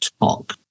Talk